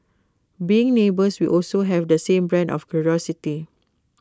being neighbours we also have the same brand of curiosity